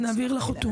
נעביר לך אותו.